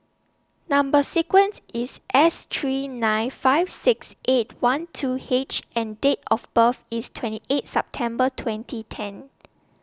Number sequence IS S three nine five six eight one two H and Date of birth IS twenty eight September twenty ten